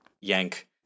yank